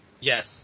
Yes